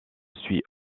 suit